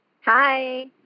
Hi